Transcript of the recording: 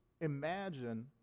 imagine